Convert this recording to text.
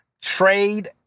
Trade